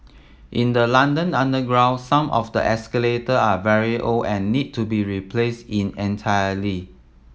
in the London underground some of the escalator are very old and need to be replaced in entirety